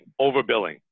overbilling